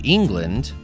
England